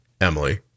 Emily